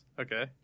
Okay